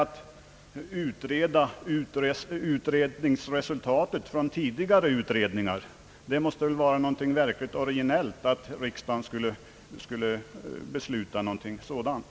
Att riksdagen skulle besluta utreda resultaten av tidigare utredningar vore väl visserligen originellt men knappast lämpligt.